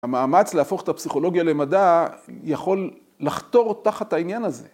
‫המאמץ להפוך את הפסיכולוגיה למדע ‫יכול לחתור תחת העניין הזה.